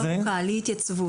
על אי התייצבות.